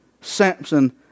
Samson